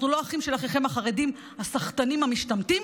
אנחנו לא אחים של אחיכם החרדים הסחטנים המשתמטים.